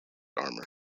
armour